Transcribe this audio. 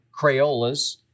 Crayolas